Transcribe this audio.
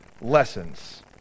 lessons